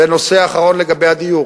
ונושא אחרון לגבי הדיור: